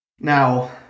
Now